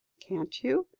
can't you?